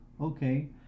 okay